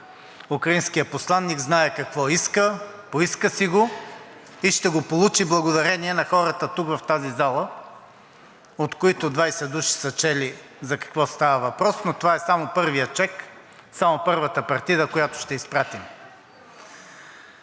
украинският посланик знае какво иска, поиска си го и ще го получи благодарение на хората тук в тази зала, от които 20 души са чели за какво става въпрос, но това е само първият чек, първата партида, която ще изпратим.